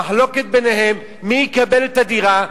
המחלוקת ביניהם: מי יקבל את הדירה,